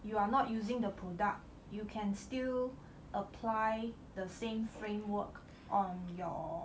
you are not using the product you can still apply the same framework on your